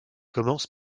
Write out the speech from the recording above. commence